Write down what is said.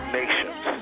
nations